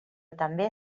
també